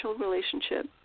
relationship